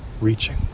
Reaching